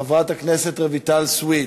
חברת הכנסת רויטל סויד,